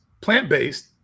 plant-based